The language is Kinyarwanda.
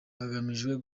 hagamijwe